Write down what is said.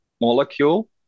molecule